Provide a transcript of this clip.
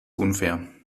unfair